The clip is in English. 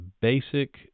basic